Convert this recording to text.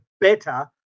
better